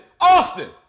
Austin